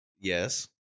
Yes